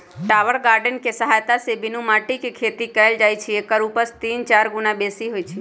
tower garden कें सहायत से बीनु माटीके खेती कएल जाइ छइ एकर उपज तीन चार गुन्ना बेशी होइ छइ